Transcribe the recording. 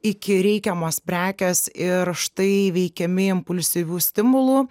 iki reikiamos prekės ir štai veikiami impulsyvių stimulų